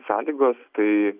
sąlygos tai